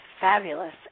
fabulous